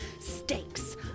Stakes